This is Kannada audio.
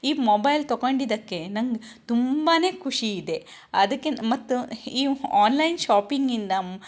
ಈ ಮೊಬೈಲ್ ತಕೊಂಡಿದ್ದಕ್ಕೆ ನಂಗೆ ತುಂಬ ಖುಷಿ ಇದೆ ಅದಕ್ಕೆ ಮತ್ತು ಈ ಆನ್ಲೈನ್ ಶಾಪಿಂಗಿಂದ